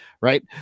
Right